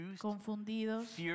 confundidos